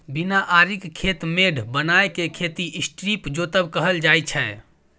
बिना आरिक खेत मेढ़ बनाए केँ खेती स्ट्रीप जोतब कहल जाइ छै